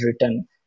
written